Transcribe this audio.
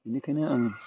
बेनिखायनो आं